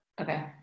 Okay